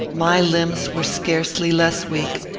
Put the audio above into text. my limbs were scarcely less weak,